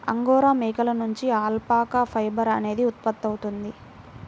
angora మేకల నుండి alpaca fibre అనేది ఉత్పత్తవుతుంది